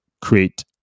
create